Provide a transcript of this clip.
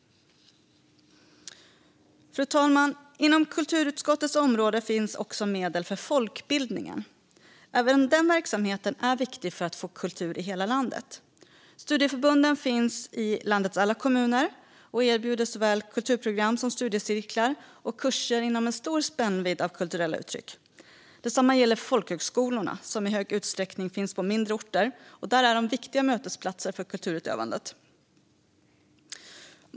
Fru talman! Inom kulturutskottets område finns också medel för folkbildningen. Även den verksamheten är viktig för att vi ska få kultur i hela landet. Studieförbunden finns i landets alla kommuner och erbjuder såväl kulturprogram som studiecirklar och kurser inom en stor spännvidd av kulturella uttryck. Detsamma gäller folkhögskolorna, som i stor utsträckning finns på mindre orter där de är viktiga mötesplatser för kulturutövandet.